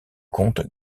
comte